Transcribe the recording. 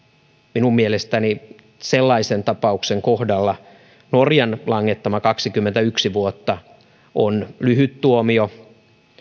minun mielestäni sellaisen tapauksen kohdalla norjan langettama kaksikymmentäyksi vuotta on lyhyt tuomio